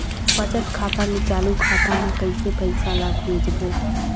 बचत खाता ले चालू खाता मे कैसे पैसा ला भेजबो?